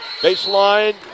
Baseline